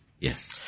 Yes